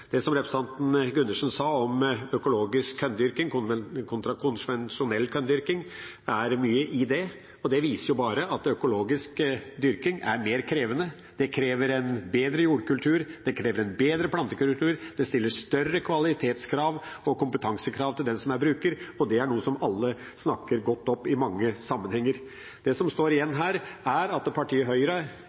i det representanten Gundersen sa om økologisk korndyrking kontra konvensjonell korndyrking. Det viser bare at økologisk dyrking er mer krevende. Det krever en bedre jordkultur, det krever en bedre plantekultur, det stiller større kvalitetskrav og kompetansekrav til den som er bruker, og det er noe som alle snakker godt opp i mange sammenhenger. Det som står igjen her, er at partiet Høyre,